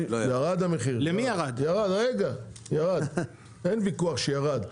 אין ויכוח שירד.